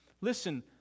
Listen